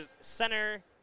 center